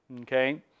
Okay